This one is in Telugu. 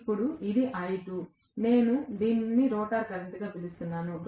ఇప్పుడు ఇది I2 నేను దీనిని రోటర్ కరెంట్ అని పిలుస్తున్నాను